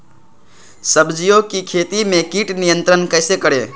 सब्जियों की खेती में कीट नियंत्रण कैसे करें?